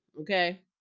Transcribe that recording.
Okay